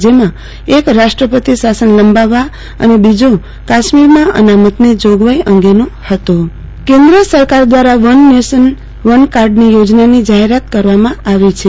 જેમાં એક રાષ્ટ્રપતિ શાસન લંબાવવા અને બીજો કાશ્મીરમાં અનામતની જોગવાઈ અંગેનો હતો આરતીબેન ભદ્દ વન નેશન વન કાર્ડી કેન્દ્ર સરકાર દ્રારા મન નેશન વનકાર્ડની યોજનાની જાફેરાત કરવામાં આવી છે